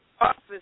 office